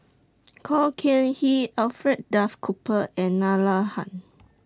Khor Can Ghee Alfred Duff Cooper and Nalla Tan